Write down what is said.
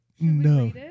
No